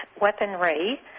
weaponry